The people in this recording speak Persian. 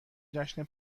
جشن